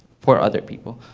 for other people,